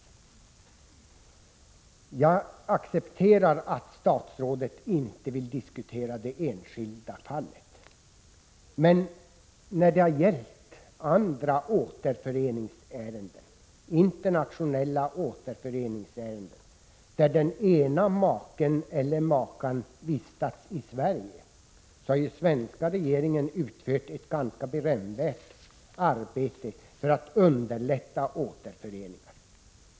Jag accepterar att statsrådet inte vill diskutera det enskilda fallet. Men när det har gällt andra internationella återföreningsärenden där den ena maken eller makan har vistats i Sverige, har ju den svenska regeringen utfört ett ganska berömvärt arbete för att underlätta återföreningar.